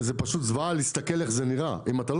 פשוט זוועה להסתכל איך זה נראה אם אתה לא